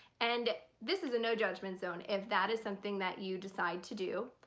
and this is a no-judgment zone. if that is something that you decide to do,